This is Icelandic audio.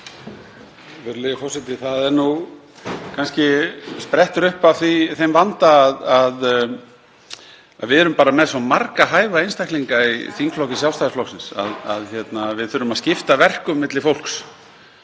Það sprettur kannski upp af þeim vanda að við erum bara með svo marga hæfa einstaklinga í þingflokki Sjálfstæðisflokksins að við þurfum að skipta verkum milli fólks.